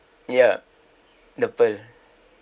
yup the pearl